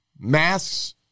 Masks